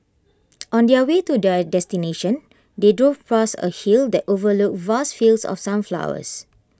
on their way to their destination they drove past A hill that overlooked vast fields of sunflowers